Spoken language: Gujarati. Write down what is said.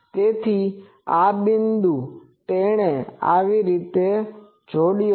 તેથી આ બિંદુ તેણે આવી રીતે જોડ્યો છે